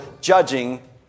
judging